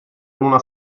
luna